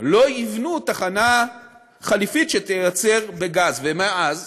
לא יבנו תחנה חליפית שתייצר בגז, ומה אז?